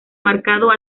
marcado